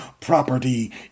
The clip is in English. property